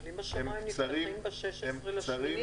אבל אם השמיים נפתחים ב-16 באוגוסט,